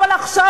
אבל עכשיו,